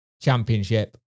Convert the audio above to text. championship